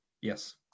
Yes